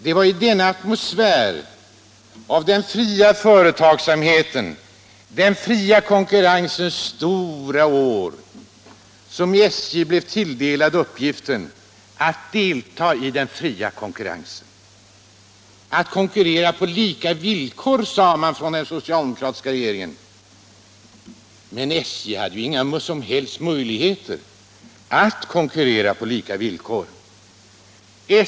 Det var i denna atmosfär av den fria företagsamhetens, den fria konkurrensens stora år som SJ tilldelades uppgiften att delta i den fria konkurrensen — att konkurrera på lika villkor, sade den socialdemokratiska regeringen. Men SJ hade ju inga som helst möjligheter att konkurrera på lika villkor.